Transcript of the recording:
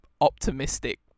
optimistic